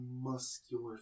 muscular